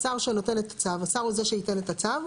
השר שנותן את הצו, השר הוא זה הייתן את הצו.